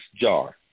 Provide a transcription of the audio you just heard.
jar